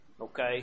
okay